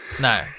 No